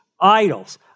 idols